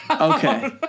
Okay